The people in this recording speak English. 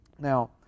Now